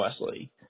wesley